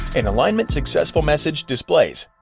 an alignment successful message displays.